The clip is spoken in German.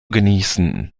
genießen